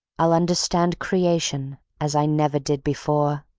i'll understand creation as i never did before.